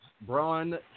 Braun